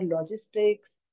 logistics